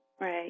right